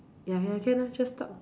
ya ya can lah just talk